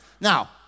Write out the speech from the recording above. Now